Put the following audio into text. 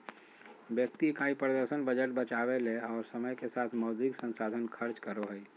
व्यक्ति इकाई प्रदर्शन बजट बचावय ले और समय के साथ मौद्रिक संसाधन खर्च करो हइ